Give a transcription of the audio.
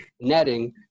netting